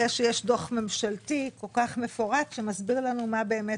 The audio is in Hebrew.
אחרי שיש דוח ממשלתי כל כך מפורט שמסביר לנו מה באמת